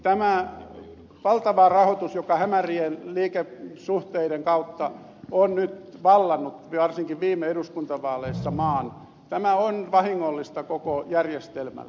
tämä valtava rahoitus joka hämärien liikesuhteiden kautta on nyt vallannut varsinkin viime eduskuntavaaleissa maan on vahingollista koko järjestelmälle